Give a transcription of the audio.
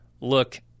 look